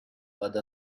other